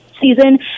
season